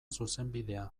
zuzenbidea